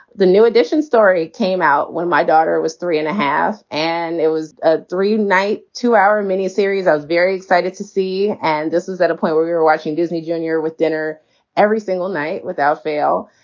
the new addition story came out when my daughter was three and a half and it was a three night, two hour mini series. i'm very excited to see. and this is at a point where you're watching disney junior with dinner every single night without fail.